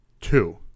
two